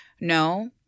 no